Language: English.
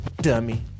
dummy